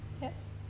Yes